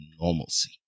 normalcy